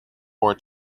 pour